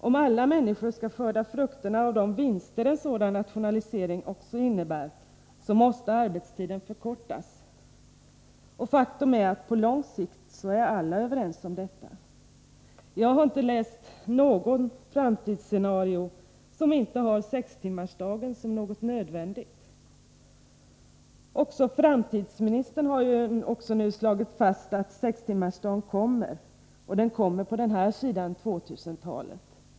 Om alla människor skall skörda frukterna av de vinster en sådan rationalisering också innebär måste arbetstiden förkortas. Faktum är att på lång sikt är alla överens om detta. Jag har inte läst något framtidsscenario som inte har sextimmarsdagen som något nödvändigt. Också framtidsministern har nu slagit fast att sextimmarsdagen kommer — på den här sidan 2000-talet.